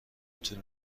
طول